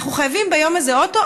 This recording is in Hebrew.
אנחנו חייבים ביום הזה אוטו,